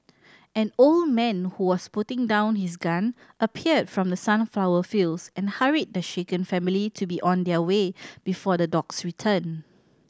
an old man who was putting down his gun appeared from the sunflower fields and hurried the shaken family to be on their way before the dogs return